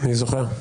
אני זוכר.